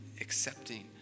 accepting